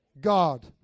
God